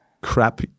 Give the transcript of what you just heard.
crap